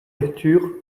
lecture